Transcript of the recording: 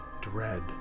dread